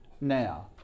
Now